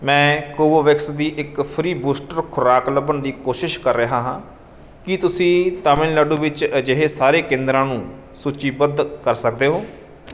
ਮੈਂ ਕੋਵੋਵੈਕਸ ਦੀ ਇੱਕ ਫ੍ਰੀ ਬੂਸਟਰ ਖੁਰਾਕ ਲੱਭਣ ਦੀ ਕੋਸ਼ਿਸ਼ ਕਰ ਰਿਹਾ ਹਾਂ ਕੀ ਤੁਸੀਂ ਤਾਮਿਲਨਾਡੂ ਵਿੱਚ ਅਜਿਹੇ ਸਾਰੇ ਕੇਂਦਰਾਂ ਨੂੰ ਸੂਚੀਬੱਧ ਕਰ ਸਕਦੇ ਹੋ